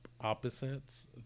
opposites